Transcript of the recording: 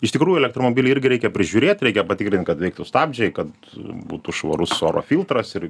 iš tikrųjų elektromobilį irgi reikia prižiūrėt reikia patikrint kad veiktų stabdžiai kad būtų švarus oro filtras ir